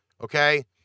okay